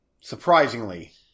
Surprisingly